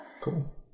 Cool